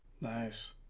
Nice